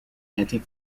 anti